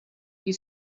you